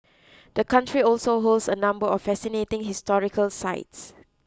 the country also holds a number of fascinating historical sites